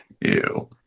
Ew